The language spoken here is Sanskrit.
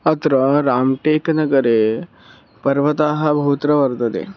अत्र राम्टेक्नगरे पर्वताः बहुत्र वर्तन्ते